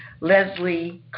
Leslie